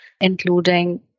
including